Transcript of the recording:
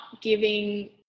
giving